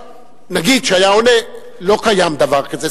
נגיד שהיה עונה שלא קיים דבר כזה.